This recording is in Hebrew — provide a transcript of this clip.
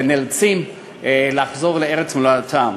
ונאלצים לחזור לארץ מולדתם.